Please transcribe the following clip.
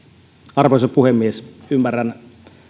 arvoisa puhemies ymmärrän